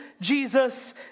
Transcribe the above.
Jesus